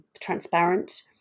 transparent